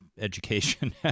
education